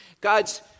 God's